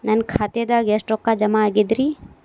ನನ್ನ ಖಾತೆದಾಗ ಎಷ್ಟ ರೊಕ್ಕಾ ಜಮಾ ಆಗೇದ್ರಿ?